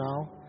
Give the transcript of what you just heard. now